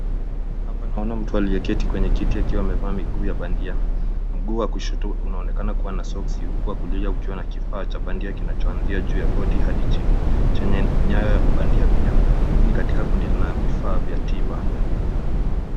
Hapa naona mtu aliyeketi kwenye kiti akiwa amevaa miguu ya bandika. Mguu wa kushoto unaonekana kuwa na soksi, huku wa kulia ukiwa na kifaa cha bandia kinachoanzia juu ya goti kwenda chini, chenye nyayo bandia pia. Hii ni katika kundi na vifaa vya tiba.